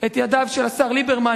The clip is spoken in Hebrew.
את ידיו של השר ליברמן.